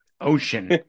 ocean